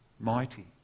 mighty